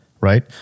Right